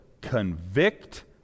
convict